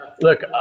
look